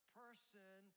person